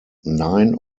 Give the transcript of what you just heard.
nine